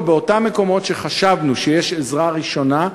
באותם מקומות שחשבנו שיש עזרה ראשונה,